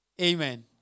Amen